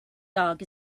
dog